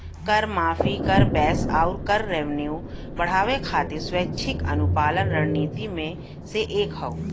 कर माफी, कर बेस आउर कर रेवेन्यू बढ़ावे खातिर स्वैच्छिक अनुपालन रणनीति में से एक हौ